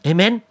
Amen